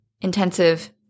intensive